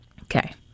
Okay